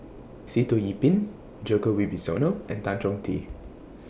Sitoh Yih Pin Djoko Wibisono and Tan Chong Tee